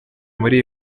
muri